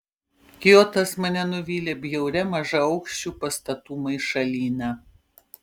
kiotas mane nuvylė bjauria mažaaukščių pastatų maišalyne